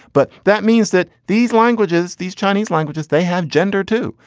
but that means that these languages, these chinese languages, they have gender, too.